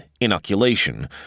inoculation